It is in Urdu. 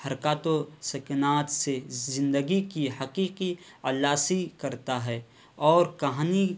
حرکات و سکنات سے زندگی کی حقیقی عکاسی کرتا ہے اور کہانی